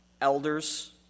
elders